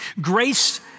grace